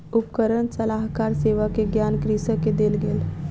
उपकरण सलाहकार सेवा के ज्ञान कृषक के देल गेल